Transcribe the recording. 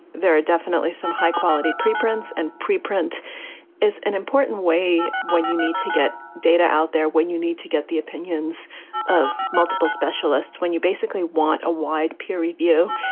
there are definitely some high quality preprint and preprint is an important way. when you need to get data out there, when you need to get the opinions of multiple specialists, when you basically want a wide pirrie view,